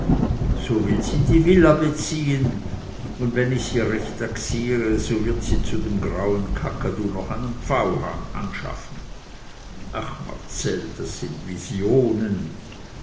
so will sie die villa beziehen und wenn ich sie recht taxiere so wird sie zu dem grauen kakadu noch einen pfauhahn anschaffen ach marcell das sind visionen